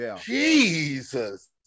Jesus